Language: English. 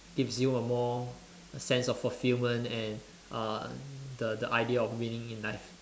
gives you a more sense of fulfilment and uh the the idea of winning in life